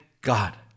God